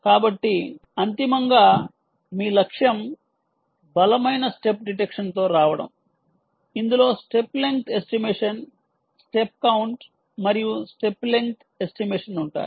కాబట్టి అంతిమంగా మీ లక్ష్యం బలమైన స్టెప్ డిటెక్షన్ తో రావడం ఇందులో step length estimation step count మరియు స్టెప్ లెంగ్త్ ఎస్టిమేషన్ ఉంటాయి